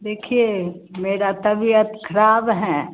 देखिए मेरी तबियत खराब है